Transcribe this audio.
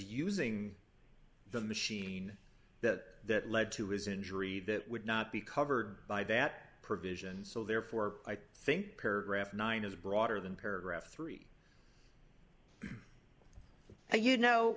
using the machine that led to his injury that would not be covered by that provision so therefore i think paragraph nine is broader than paragraph three or you know